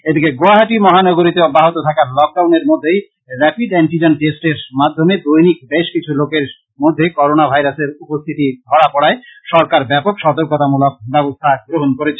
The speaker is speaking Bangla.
এদিকে গৌহাটী মহানগরীতে অব্যাহত থাকা লকডাউনের মধ্যেই র্যাপিড অ্যান্টিজেন টেস্টের মাধ্যমে দৈনিক বেশ কিছু লোকের মধ্যে করোনা ভাইরাসের উপস্থিতি ধরা পড়ায় সরকার ব্যাপক সতর্কতামূলক ব্যাবস্থা গ্রহণ করেছে